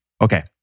Okay